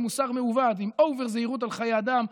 מוסר מעוות עם אובר זהירות על חיי אדם,